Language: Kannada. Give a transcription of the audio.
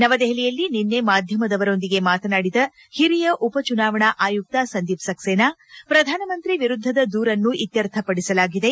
ನವದೆಹಲಿಯಲ್ಲಿ ನಿನ್ನೆ ಮಾಧ್ಯಮದವರೊಂದಿಗೆ ಮಾತನಾಡಿದ ಹಿರಿಯ ಉಪ ಚುನಾವಣಾ ಆಯುಕ್ತ ಸಂದೀಪ್ ಸಕ್ಲೇನಾ ಪ್ರಧಾನಮಂತ್ರಿ ವಿರುದ್ದದ ದೂರನ್ನು ಇತ್ಫರ್ಥಪಡಿಸಲಾಗಿದೆ